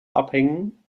abhängen